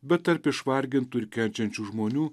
bet tarp išvargintų ir kenčiančių žmonių